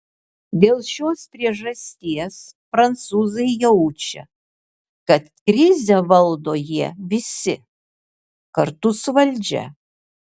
dėl šios priežasties prancūzai jaučia kad krizę valdo jie visi kartu su valdžia